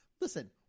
listen